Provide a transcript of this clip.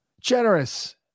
generous